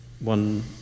one